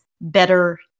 better